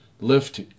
lift